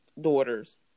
daughters